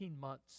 months